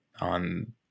on